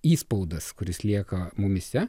įspaudas kuris lieka mumyse